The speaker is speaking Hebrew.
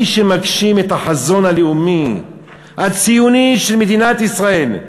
מי שמגשים את החזון הלאומי הציוני של מדינת ישראל,